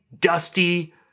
dusty